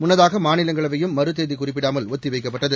முன்னதாக மாநிலங்களவையும் மறுதேதி குறிப்பிடாமல் ஒத்திவைக்கப்பட்டது